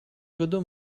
году